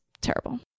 terrible